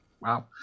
Wow